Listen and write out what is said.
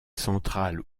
centrales